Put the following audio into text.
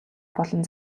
болон